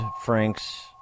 Frank's